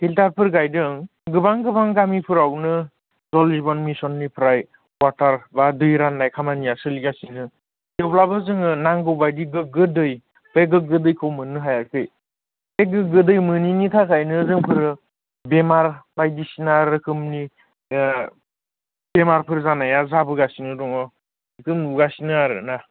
फिल्टारफोर गायदों गोबां गोबां गामिफोरावनो जल जिबन मिसननिफ्राय वाटार बा दै रान्नाय खामानिया सोलिगासिनो थेवब्लाबो जोंनो नांगौबादि गोग्गो दै बे गोग्गो दैखौ मोन्नो हायाखै बे गोग्गो दै मोनैनि थाखायनो जोंफोर बेमार बायदिसिना रोखोमनि बेमारफोर जानाया जाबोगासिनो दङ बेखौ नुगासिनो आरो ना